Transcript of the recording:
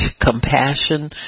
compassion